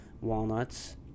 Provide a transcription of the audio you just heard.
walnuts